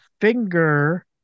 finger